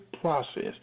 process